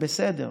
זה בסדר.